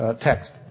text